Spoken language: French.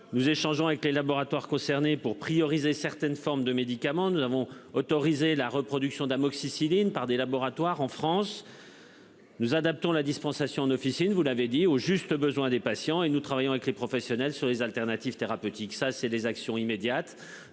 Nous échangeons avec les laboratoires concernés pour prioriser certaines formes de médicaments. Nous avons autorisé la reproduction d'amoxicilline par des laboratoires en France. Nous adaptons la dispensation en officine, vous l'avez dit au juste besoin des patients et nous travaillons avec les professionnels sur les alternatives thérapeutiques ça c'est des actions immédiates